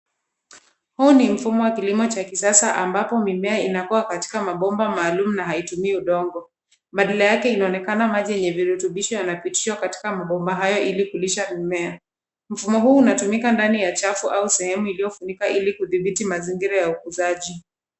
Huu ni mfumo wa kilimo cha kisasa ambapo mimea inakua katika mabomba maalum na haitumii udongo. Badala yake inaonekana maji yenye virutubisho, yanapitishwa katika mabomba haya ili kulisha mimea. Mfumo huu unatumika ndani ya chafu au sehemu iliyofunukwa ili kudhibiti mazingira ya ukuzaji.